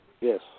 Yes